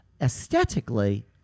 aesthetically